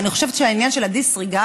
ואני חושבת שהעניין של ה-disregard